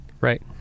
right